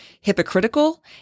hypocritical